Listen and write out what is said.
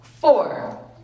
four